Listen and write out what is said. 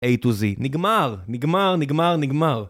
A to Z, נגמר, נגמר, נגמר, נגמר